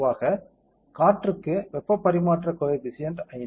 பொதுவாக காற்றுக்கு வெப்பப் பரிமாற்றக் கோயெபிசியன்ட் 5